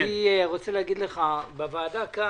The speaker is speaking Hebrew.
בוועדה כאן,